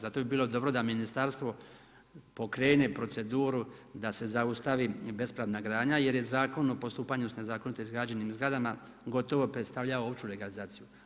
Zato bi bilo dobro da ministarstvo pokrene proceduru da se zaustavi bespravna gradnja jer je Zakon o postupanju sa nezakonito izgrađenim zgradama gotovo predstavljao opću legalizaciju.